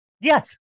Yes